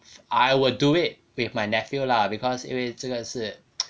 I will do it with my nephew lah because 因为这个是